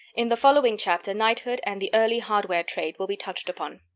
in the following chapter knighthood and the early hardware trade will be touched upon.